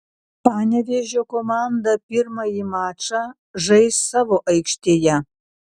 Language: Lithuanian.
panevėžio komanda pirmąjį mačą žais savo aikštėje